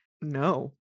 No